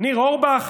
ניר אורבך.